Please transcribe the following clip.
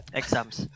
exams